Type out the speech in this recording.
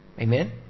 Amen